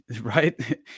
right